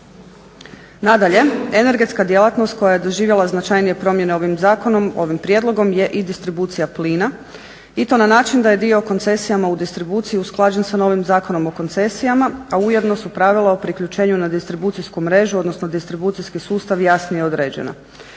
Nadalje, energetska djelatnost koja je doživjele značajnije promjene ovim zakonom, ovim prijedlogom je i distribucija plina i to na način da je dio koncesijama u distribuciju usklađen sa novim Zakonom o koncesijama,a ujedno su pravila o priključenju na distribucijsku mrežu, odnosno na distribucijski sustav jasnije određena.